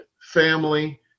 family